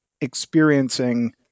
experiencing